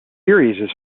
series